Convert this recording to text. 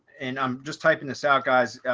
and i'm just typing this out, guys.